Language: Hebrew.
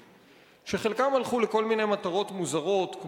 שחלקן הלכו לכל מיני מטרות מוזרות,